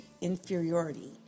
inferiority